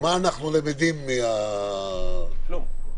מה אנחנו למדים מהנתונים האלה?